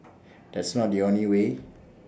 that's not the only way